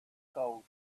gold